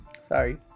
sorry